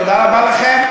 תודה רבה לכם,